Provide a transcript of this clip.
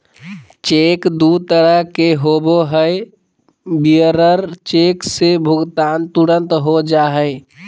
cheque दू तरह के होबो हइ, बियरर चेक से भुगतान तुरंत हो जा हइ